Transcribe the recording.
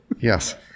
yes